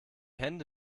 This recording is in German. hände